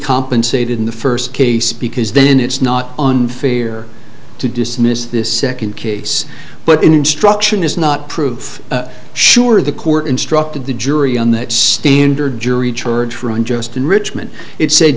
compensated in the first case because then it's not unfair to dismiss this second case but an instruction is not proof sure the court instructed the jury on that standard jury charge for unjust enrichment it said